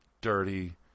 dirty